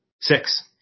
six